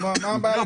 לא,